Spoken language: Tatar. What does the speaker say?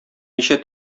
ничә